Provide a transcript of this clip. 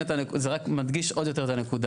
זה רק מדגיש עוד יותר את הנקודה.